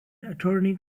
attorney